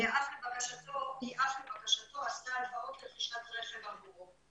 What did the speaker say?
לבקשתו היא הלוואות לרכישת רכב עבורו.